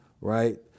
right